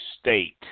state